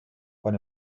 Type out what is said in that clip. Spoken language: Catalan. quan